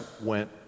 went